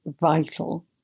vital